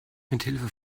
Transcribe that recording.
mithilfe